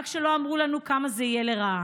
רק שלא אמרו לנו כמה זה יהיה לרעה.